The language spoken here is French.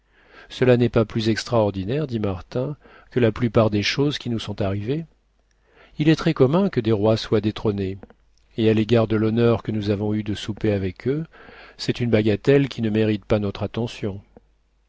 cela n'est pas plus extraordinaire dit martin que la plupart des choses qui nous sont arrivées il est très commun que des rois soient détrônés et à l'égard de l'honneur que nous avons eu de souper avec eux c'est une bagatelle qui ne mérite pas notre attention